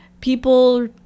people